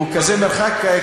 הוא כזה קצר,